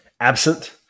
absent